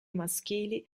maschili